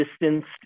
distanced